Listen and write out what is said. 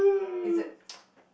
it's a